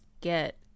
get